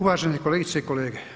Uvažene kolegice i kolege.